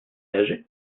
nager